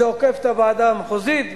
זה עוקף את הוועדה המחוזית,